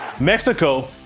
Mexico